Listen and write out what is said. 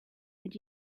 and